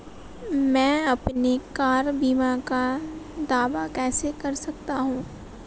मैं अपनी कार बीमा का दावा कैसे कर सकता हूं?